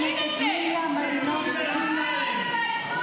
אין לך שום מילה להגיד כשלפיד אומר "חבורה של אמסלם"?